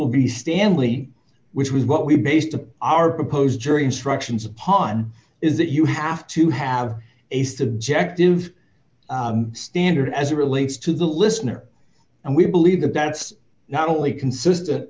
be stanley which was what we based our proposed jury instructions upon is that you have to have a subjective standard as relates to the listener and we believe that that's not only consistent